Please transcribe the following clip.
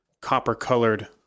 copper-colored